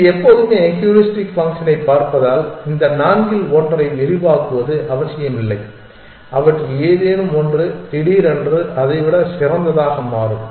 இது எப்போதுமே ஹூரிஸ்டிக் ஃபங்க்ஷனைப் பார்ப்பதால் இந்த நான்கில் ஒன்றை விரிவாக்குவது அவசியமில்லை அவற்றில் ஏதேனும் ஒன்று திடீரென்று அதை விட சிறந்ததாக மாறும்